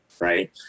right